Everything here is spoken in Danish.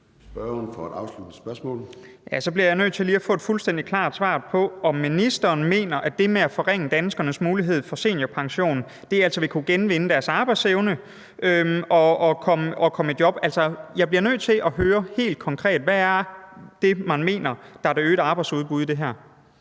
Så bliver jeg nødt til lige at få et fuldstændig klart svar på, om ministeren mener, at det med at forringe danskernes mulighed for seniorpension vil kunne gøre, at de genvinder deres arbejdsevne og kommer i job. Altså, jeg bliver nødt til at høre helt konkret, hvad det er, man mener er det øgede arbejdsudbud i det her.